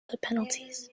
penalties